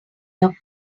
your